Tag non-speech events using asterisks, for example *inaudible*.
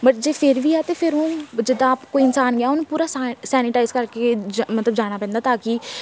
but ਜੇ ਫਿਰ ਵੀ ਆ ਤਾਂ ਫਿਰ *unintelligible* ਜਿੱਦਾਂ ਕੋਈ ਇਨਸਾਨ ਗਿਆ ਉਹਨੂੰ ਪੂਰਾ ਸਾ ਸੈਨੀਟਾਈਜ਼ ਕਰਕੇ ਜ ਮਤਲਬ ਜਾਣਾ ਪੈਂਦਾ ਤਾਂ ਕਿ